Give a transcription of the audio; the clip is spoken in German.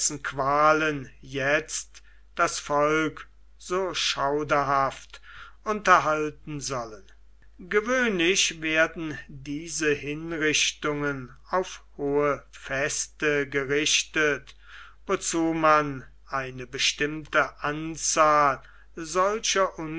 qualen jetzt das volk so schauderhaft unterhalten sollen gewöhnlich werden diese hinrichtungen auf hohe feste gerichtet wozu man eine bestimmte anzahl solcher